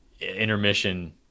intermission